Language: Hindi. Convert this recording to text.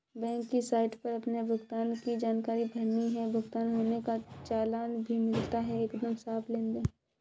बैंक की साइट पर अपने भुगतान की जानकारी भरनी है, भुगतान होने का चालान भी मिलता है एकदम साफ़ लेनदेन